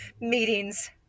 meetings